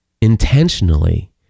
intentionally